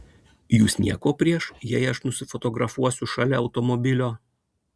jus nieko prieš jei aš nusifotografuosiu šalia automobilio